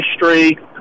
history